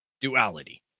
Duality